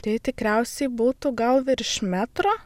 tai tikriausiai būtų gal virš metro